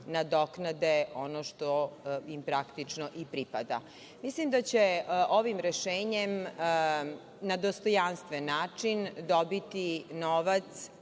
nadoknade ono što im praktično i pripada. Mislim da će ovim rešenjem, na dostojanstven način, dobiti novac